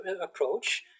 approach